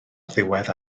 ddiwedd